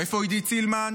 איפה עידית סילמן,